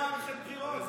במערכת בחירות?